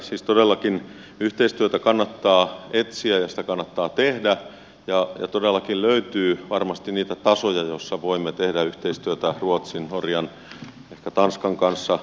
siis todellakin yhteistyötä kannattaa etsiä ja sitä kannattaa tehdä ja todellakin löytyy varmasti niitä tasoja joissa voimme tehdä yhteistyötä ruotsin norjan ja ehkä tanskan kanssa